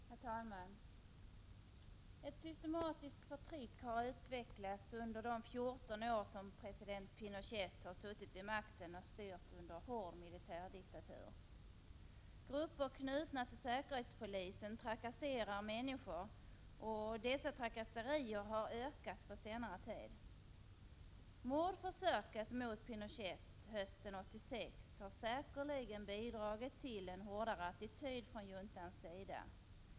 Herr talman! Ett systematiskt förtryck har utvecklats under de 14 år som president Pinochet har suttit vid makten och styrt under hård militärdiktatur. Grupper knutna till säkerhetspolisen trakasserar människor, och dessa trakasserier har ökat på senare tid. Mordförsöket mot Pinochet hösten 1986 har säkerligen bidragit till en hårdare attityd från juntans sida.